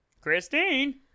Christine